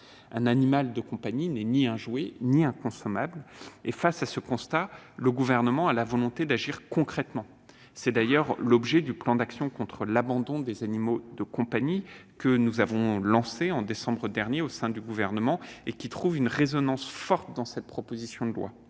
Un animal de compagnie n'est ni un jouet ni un consommable. Face à ce constat, le Gouvernement a la volonté d'agir concrètement. C'est d'ailleurs l'objet du plan d'action contre l'abandon des animaux de compagnie que le Gouvernement a lancé au mois de décembre dernier et qui trouve une résonance forte dans cette proposition de loi.